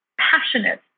passionate